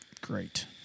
great